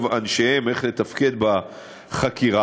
אנשיהם ומאמנים אותם איך לתפקד בחקירה,